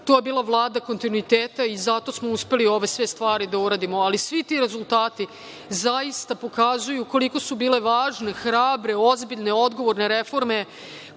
to je bila Vlada kontinuiteta i zato smo uspeli ove sve stvari da uradimo. Ali, svi ti rezultati zaista pokazuju koliko su bile važne, hrabre, ozbiljne, odgovorne reforme